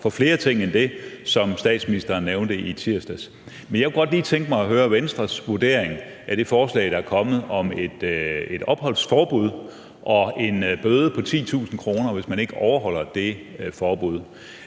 for flere ting end det, statsministeren nævnte i tirsdags. Men jeg kunne godt lige tænke mig at høre Venstres vurdering af det forslag, der er kommet, om et opholdsforbud og en bøde på 10.000 kr., hvis man ikke overholder det forbud.